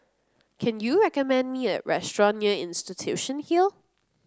can you recommend me a restaurant near Institution Hill